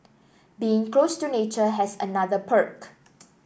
being close to nature has another perk